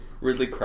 Ridley